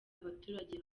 abaturage